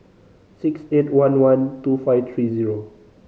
six eight one one two five three zero